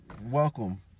welcome